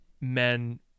men